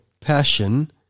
passion